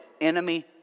enemy